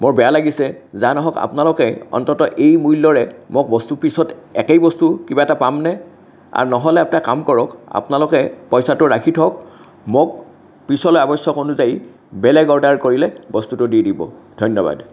বৰ বেয়া লাগিছে যা নহওক আপোনালোকে অন্তত এই মূল্যৰে মোক বস্তু পিছত একেই বস্তু কিবা এটা পামনে আৰু নহ'লে এটা কাম কৰক আপনালোকে পইচাটো ৰাখি থওক মোক পিছলৈ আৱশ্যক অনুযায়ী বেলেগ অৰ্ডাৰ কৰিলে বস্তুটো দি দিব ধন্যবাদ